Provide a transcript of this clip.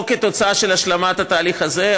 או כתוצאה של השלמת התהליך הזה,